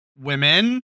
women